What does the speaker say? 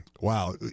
wow